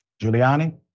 Giuliani